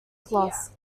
cloth